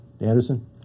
Anderson